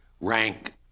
rank